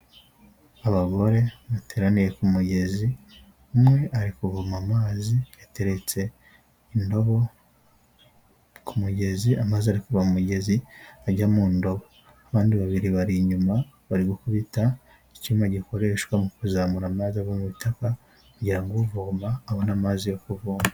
Abagore bateraniye ku kumugezi umwe ari kuvoma amazi, bateretse indobo kumugezi amazi ari kuva mu mugezi ajya mu ndobo, abandi babiri bari inyuma bari gukubita icyuma gikoreshwa mu kuzamura amazi ava mu butaka yavoma akabona amazi yo kuvoma.